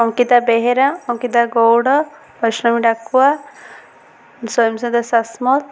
Ankita Behera Ankita Gaud Baishnami Dakua Swayamsada Sasmal